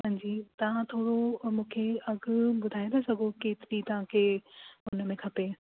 हांजी तव्हां थोरो मूंखे अघु ॿुधाए था सघो केतिरी तव्हांखे हुन में खपे